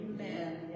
Amen